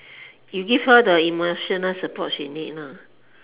you give her the emotional support she need lah